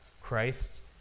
Christ